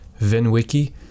VinWiki